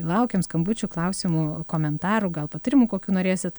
ir laukiam skambučių klausimų komentarų gal patarimų kokių norėsit